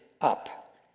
up